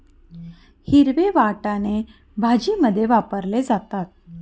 हिरवे वाटाणे भाजीमध्ये वापरले जातात